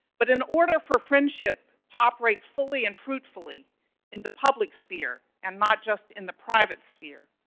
but in order for friendship to operate fully and fruitfully in the public sphere and not just in the private sphere,